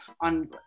on